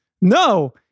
No